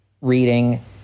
reading